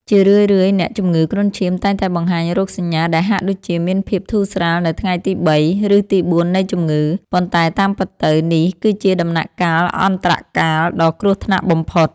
ជារឿយៗ អ្នកជំងឺគ្រុនឈាមតែងតែបង្ហាញរោគសញ្ញាដែលហាក់ដូចជាមានភាពធូរស្រាលនៅថ្ងៃទីបី ឬទីបួននៃជំងឺ ប៉ុន្តែតាមពិតទៅ នេះគឺជាដំណាក់កាល អន្តរកាល ដ៏គ្រោះថ្នាក់បំផុត។